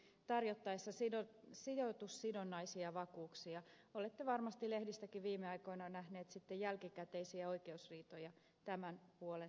vakuutuksenantajan tiedonantovelvollisuutta tehostettaisiin erityisesti tarjottaessa sijoitussidonnaisia vakuuksia olette varmasti lehdistäkin viime aikoina nähneet sitten jälkikäteisiä oikeusriitoja tämän puolen toiminnassa